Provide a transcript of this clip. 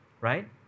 right